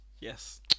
Yes